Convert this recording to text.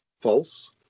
false